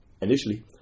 initially